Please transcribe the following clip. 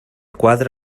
quadre